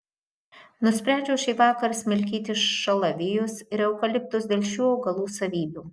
nusprendžiau šįvakar smilkyti šalavijus ir eukaliptus dėl šių augalų savybių